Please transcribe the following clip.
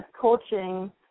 coaching